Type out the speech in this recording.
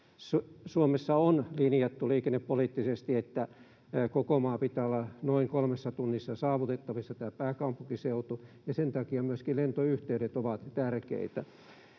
Suomessa on linjattu liikennepoliittisesti, että koko maasta pitää olla noin kolmessa tunnissa saavutettavissa tämä pääkaupunkiseutu, ja sen takia myöskin lentoyhteydet ovat tärkeitä.